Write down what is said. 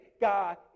God